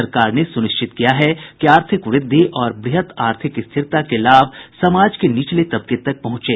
सरकार ने सुनिश्चित किया है कि आर्थिक व्रद्धि और ब्रहत आर्थिक स्थिरता के लाभ समाज के निचले तबके तक पहुंचे